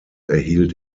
erhielt